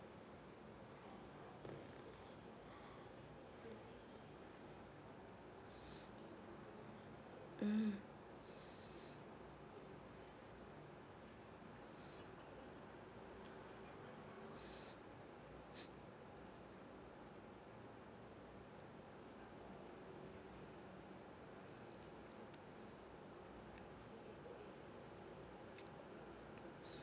mm